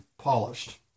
polished